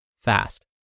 fast